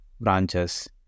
branches